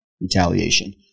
retaliation